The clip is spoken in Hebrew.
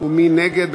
ומי נגד?